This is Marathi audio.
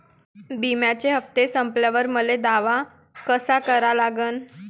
बिम्याचे हप्ते संपल्यावर मले दावा कसा करा लागन?